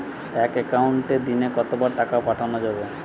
এক একাউন্টে দিনে কতবার টাকা পাঠানো যাবে?